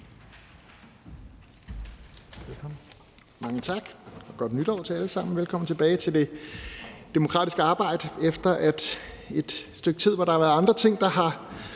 Mange tak, og godt nytår til jer alle sammen. Velkommen tilbage til det demokratiske arbejde efter et stykke tid, hvor der været andre ting, der har